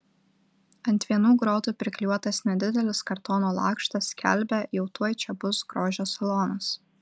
ant vienų grotų priklijuotas nedidelis kartono lakštas skelbia jau tuoj čia bus grožio salonas